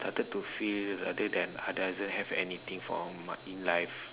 started to feel rather than I doesn't have anything for m~ in life